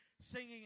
singing